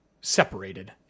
separated